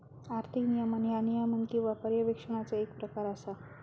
आर्थिक नियमन ह्या नियमन किंवा पर्यवेक्षणाचो येक प्रकार असा